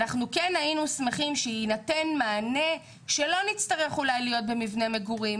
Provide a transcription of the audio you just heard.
אנחנו כן היינו שמחים שיינתן מענה שלא נצטרך אולי להיות במבנה מגורים